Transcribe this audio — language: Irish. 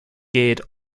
gcéad